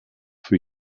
für